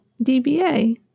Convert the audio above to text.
DBA